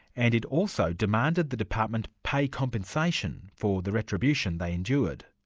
and it also demanded the department pay compensation for the retribution they endured.